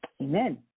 amen